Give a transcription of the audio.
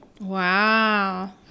Wow